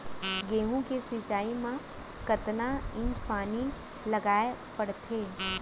गेहूँ के सिंचाई मा कतना इंच पानी लगाए पड़थे?